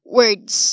words